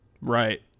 Right